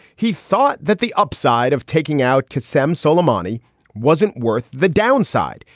he thought that the upside of taking out ksm suleimani wasn't worth the downside.